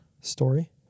Story